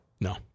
No